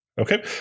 okay